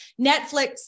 Netflix